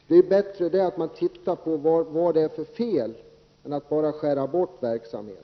Det är bättre att man tittar på vad det är för fel än att bara skära bort verksamhet.